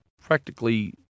practically